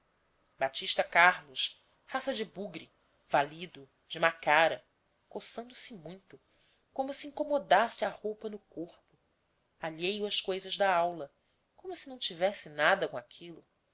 batista carlos raça de bugre válido de má cara coçando se muito como se o incomodasse a roupa no corpo alheio às coisas da aula como se não tivesse nada com aquilo